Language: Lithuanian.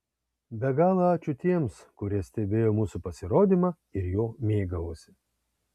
be galo ačiū tiems kurie stebėjo mūsų pasirodymą ir juo mėgavosi